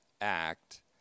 act